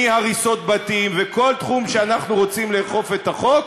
מהריסות בתים וכל תחום שאנחנו רוצים לאכוף את החוק,